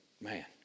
Man